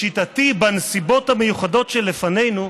לשיטתי, בנסיבות המיוחדות שלפנינו,